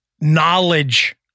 knowledge